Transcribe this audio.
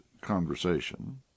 conversation